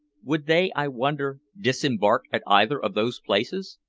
would they, i wonder, disembark at either of those places?